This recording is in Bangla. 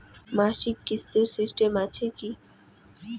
মাসিক কিস্তির সিস্টেম আছে কি?